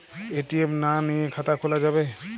ATM না নিয়ে খাতা খোলা যাবে?